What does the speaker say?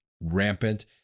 rampant